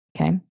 Okay